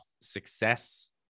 success